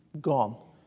gone